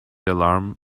alarm